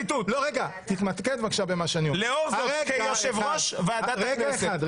הציטוט: לאור זאת כיושב-ראש ועדת הכנסת --- רגע אחד.